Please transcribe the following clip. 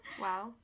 Wow